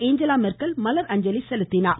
Angela Merkel மலர்அஞ்சலி செலுத்தினார்